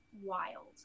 wild